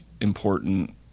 important